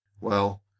Well